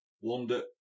Wonder